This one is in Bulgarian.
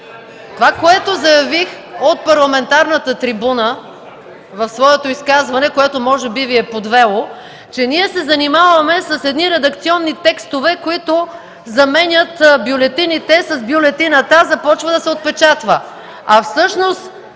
Това, което заявих от парламентарната трибуна в своето изказване, което може би Ви е подвело, е, че ние се занимаваме с редакционни текстове, които заменят „бюлетините” с „бюлетината” започва да се отпечатва.